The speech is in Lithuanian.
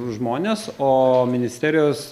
žmones o ministerijos